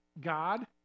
God